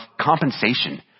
compensation